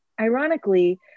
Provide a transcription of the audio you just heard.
ironically